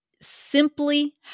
Simply